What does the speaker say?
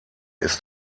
ist